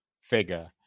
figure